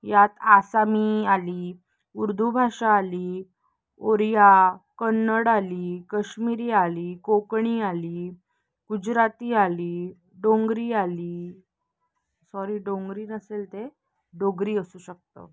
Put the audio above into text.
यात आसामी आली उर्दू भाषा आली ओडिया कन्नड आली कश्मिरी आली कोकणी आली गुजराती आली डोंगरी आली सॉरी डोंगरी नसेल ते डोगरी असू शकतं